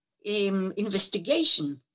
investigation